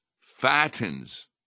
fattens